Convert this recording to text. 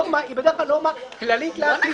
כשנורמה היא בדרך כלל נורמה כללית לעתיד.